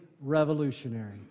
revolutionary